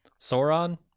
Sauron